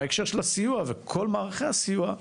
בהקשר של הסיוע, וכל מערכי הסיוע,